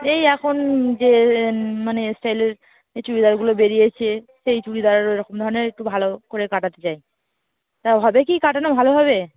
এই এখন যে মানে স্টাইলের যে চুড়িদারগুলো বেরিয়েছে সেই চুড়িদার আরেকরকম ধরনের একটু ভালো করে কাটাতে চাই তা হবে কি কাটানো ভালো হবে